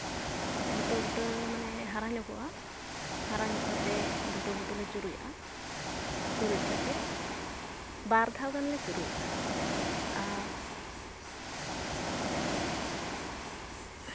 ᱵᱩᱴᱟᱹᱼᱵᱩᱴᱟᱹ ᱢᱟᱱᱮ ᱦᱟᱨᱟ ᱧᱚᱜᱚᱜᱼᱟ ᱦᱟᱨᱟ ᱧᱚᱜ ᱠᱟᱛᱮᱫ ᱵᱩᱴᱟᱹᱼᱵᱩᱴᱟᱹ ᱞᱮ ᱪᱩᱨᱩᱡᱟᱜᱼᱟ ᱪᱩᱨᱩᱡᱽ ᱠᱟᱛᱮᱫ ᱵᱟᱨ ᱫᱷᱟᱣ ᱜᱟᱱ ᱞᱮ ᱪᱩᱨᱩᱡᱟᱜᱼᱟ ᱟᱨ